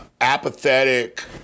apathetic